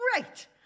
Great